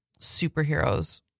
superheroes